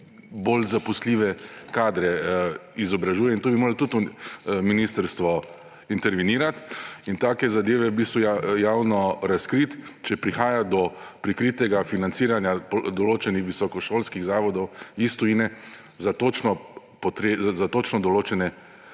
bolj zaposljive kadre izobražujejo. Tu bi moralo tudi ministrstvu intervenirati in take zadeve v bistvu javno razkriti, če prihaja do prikritega financiranja določenih visokošolskih zavodov iz tujine za točno določene